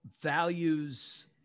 values